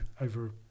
over